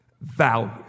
value